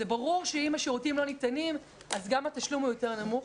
זה ברור שאם השירותים לא ניתנים אז גם התשלום הוא יותר נמוך.